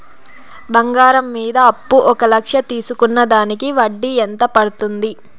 బంగారం మీద అప్పు ఒక లక్ష తీసుకున్న దానికి వడ్డీ ఎంత పడ్తుంది?